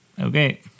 Okay